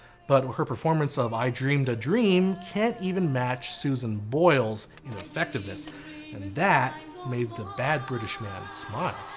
but her performance of i dreamed a dream can't even match susan boyle's in effectiveness and that made the bad british man smile.